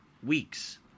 Weeks